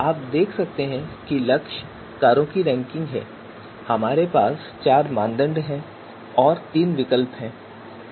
आप देख सकते हैं कि लक्ष्य कारों की रैंकिंग है और हमारे पास चार मानदंड और तीन विकल्प हैं